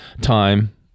time